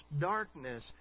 darkness